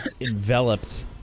enveloped